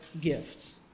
gifts